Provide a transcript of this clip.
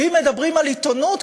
והם מדברים על עיתונות,